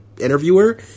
interviewer